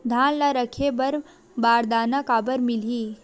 धान ल रखे बर बारदाना काबर मिलही?